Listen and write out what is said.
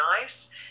Knives